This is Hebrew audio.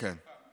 שלחתי